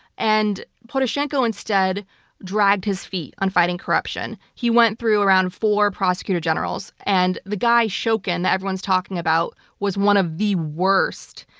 and poroshenko instead dragged his feet in fighting corruption. he went through around four prosecutor generals. and the guy shokin that everyone's talking about was one of the worst.